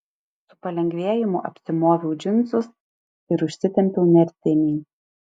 su palengvėjimu apsimoviau džinsus ir užsitempiau nertinį